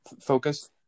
focus